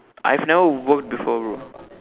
I've never work before bro